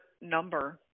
number